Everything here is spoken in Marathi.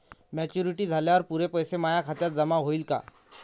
मॅच्युरिटी झाल्यावर पुरे पैसे माया खात्यावर जमा होईन का?